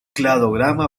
cladograma